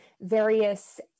various